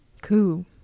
Cool